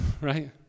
right